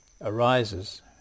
arises